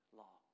law